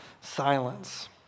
silence